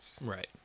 Right